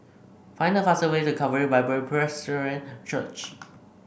find the fastest way to Calvary Bible Church